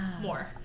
more